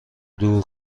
دور